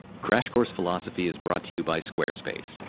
crash course philosophy is brought to you by squarespace.